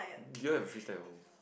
do you have a fish tank at home